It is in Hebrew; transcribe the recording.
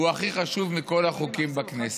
הוא הכי חשוב מכל החוקים בכנסת,